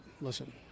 listen